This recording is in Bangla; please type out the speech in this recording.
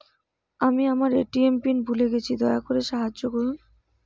আমি আমার এ.টি.এম পিন ভুলে গেছি, দয়া করে সাহায্য করুন